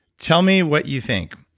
tell me what you think.